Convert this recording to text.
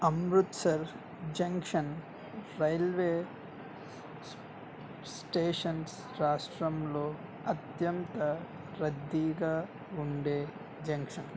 Amritsar junction railway stations రాష్ట్రంలో అత్యంత రద్దీగా ఉండే జంక్షన్